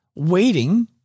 waiting